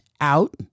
out